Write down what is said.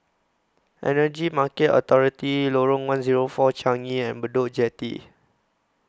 Energy Market Authority Lorong one Zero four Changi and Bedok Jetty